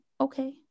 okay